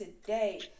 today